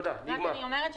רק אני אומרת,